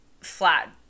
flat